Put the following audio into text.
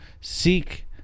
seek